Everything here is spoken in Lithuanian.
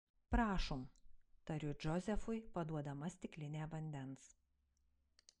prašom tariu džozefui paduodama stiklinę vandens